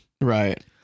Right